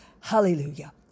Hallelujah